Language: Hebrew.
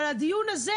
אבל הדיון הזה,